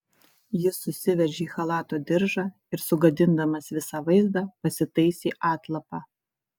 jis susiveržė chalato diržą ir sugadindamas visą vaizdą pasitaisė atlapą